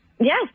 Yes